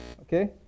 Okay